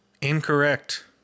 Incorrect